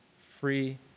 free